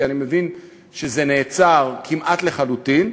כי אני מבין שזה נעצר כמעט לחלוטין.